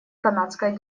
канадская